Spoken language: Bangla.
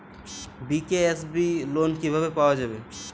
বি.কে.এস.বি লোন কিভাবে পাওয়া যাবে?